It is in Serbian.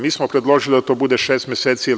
Mi smo predložili da to bude šest meseci.